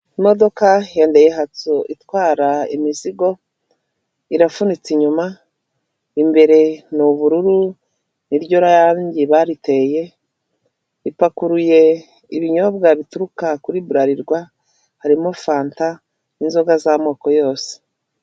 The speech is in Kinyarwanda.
Imodoka ya dayihatsu itwara imizigo irafunitse inyuma imbere ni ubururu niryo range bayiteye ipakuruye ibinyobwa bituruka kuri burarirwa, harimo fanta n'inzoga z'amoko yose.